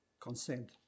consent